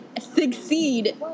succeed